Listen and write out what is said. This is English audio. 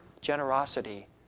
generosity